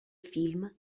film